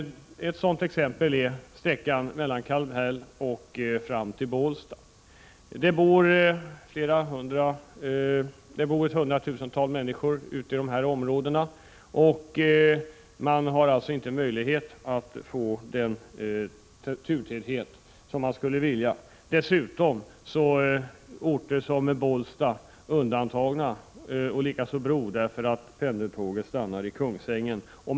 Ett sådant exempel är sträckan mellan Kallhäll och Bålsta. Det bor ett hundratusental människor i de här områdena, som inte har någon möjlighet att få den turtäthet som man skulle vilja. Dessutom är orter som Bålsta och Bro undantagna, därför att pendeltågen stannar i Kungsängen.